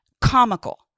comical